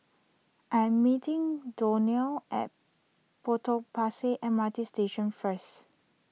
I am meeting Donell at Potong Pasir M R T Station first